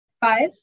Five